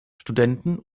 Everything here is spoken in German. studenten